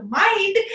mind